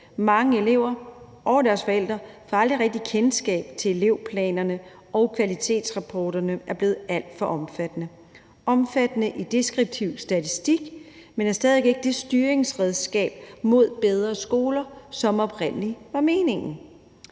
Mange elever og deres forældre får aldrig rigtig kendskab til elevplanerne, og kvalitetsrapporterne er blevet alt for omfattende – omfattende i deskriptiv statistik, men er stadig ikke det styringsredskab hen mod bedre skoler, som det oprindelig var meningen.